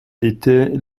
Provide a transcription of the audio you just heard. était